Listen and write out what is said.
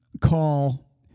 call